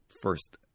first